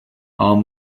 are